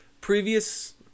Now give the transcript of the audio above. previous